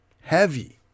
heavy